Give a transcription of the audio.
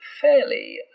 fairly